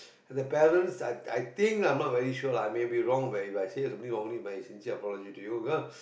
the parents I I think I'm not very sure lah I may be wrong but If I say something wrongly my sincere apology to you because